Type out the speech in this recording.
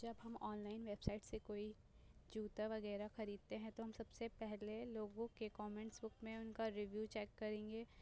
جب ہم online website سے کوئی جوتا وغیرہ خریدتے ہیں تو ہم سب سے پہلے لوگوں کے کامنٹس بک میں ان کا ریویو چیک کریں گے